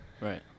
Right